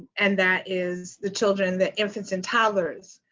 and that is the children, the infants and toddlers.